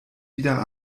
wieder